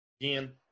again